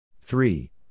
Three